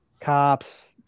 cops